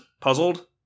puzzled